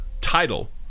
title